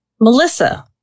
Melissa